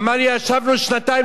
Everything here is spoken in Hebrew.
אמר: ישבנו שנתיים,